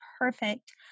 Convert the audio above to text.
Perfect